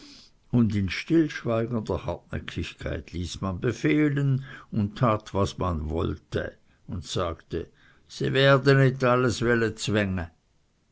und in stillschweigender hartnäckigkeit ließ man befehlen und tat was man wollte und sagte sie werde nit alles welle zwänge